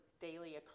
daily